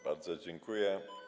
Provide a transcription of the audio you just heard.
Bardzo dziękuję.